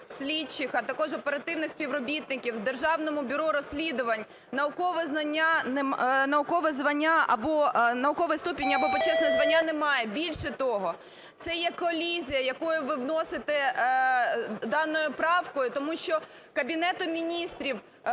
слідчих, а також оперативних співробітників в Державному бюро розслідувань наукове звання або науковий ступінь, або почесне звання не має. Більше того, це є колізія, яку ви вносите даною правкою, тому що Кабінетом Міністрів